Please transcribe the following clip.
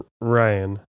Ryan